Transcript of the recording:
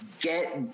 get